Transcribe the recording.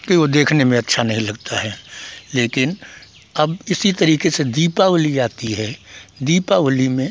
कि वह देखने में अच्छा नहीं लगता है लेकिन अब इसी तरीके से दीपावली आती है दीपावली में